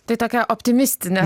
tai tokia optimistine